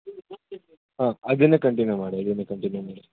ಹಾಂ ಅದನ್ನೇ ಕಂಟಿನ್ಯೂ ಮಾಡಿ ಅದನ್ನೇ ಕಂಟಿನ್ಯೂ ಮಾಡಿ